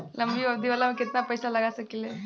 लंबी अवधि वाला में केतना पइसा लगा सकिले?